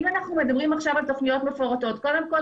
אם אנחנו מדברים עכשיו על תוכניות מפורטות קודם כול